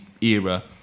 era